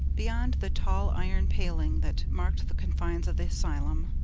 beyond the tall iron paling that marked the confines of the asylum,